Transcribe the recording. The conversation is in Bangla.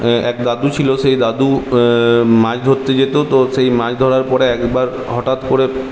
এক দাদু ছিলো সেই দাদু মাছ ধরতে যেত তো সেই মাছ ধরার পরে একবার হঠাৎ করে